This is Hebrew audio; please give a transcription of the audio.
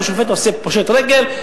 השופט אומר: פושט רגל,